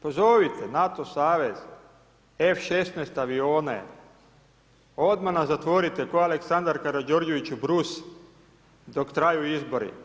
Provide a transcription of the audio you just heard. Pozovite NATO savez, F16 avione, odmah nas zatvorite kao Aleksandar Karadžorđević … dok traju izbori.